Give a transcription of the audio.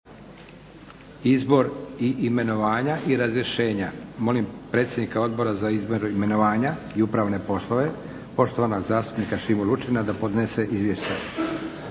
Izbor, imenovanja i razrješenja Molim predsjednika Odbora za izbor, imenovanja i upravne poslove poštovanog zastupnika Šimu Lučina da podnese izvješća.